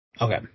Okay